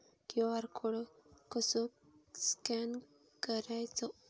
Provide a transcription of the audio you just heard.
QR code कसो scan करायचो?